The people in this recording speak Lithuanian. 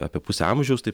apie pusę amžiaus taip